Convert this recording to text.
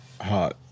hot